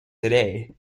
today